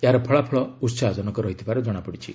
ଏହାର ଫଳାଫଳ ଉତ୍ସାହ ଜନକ ରହିଥିବାର ଜଣାପଡ଼ିଛି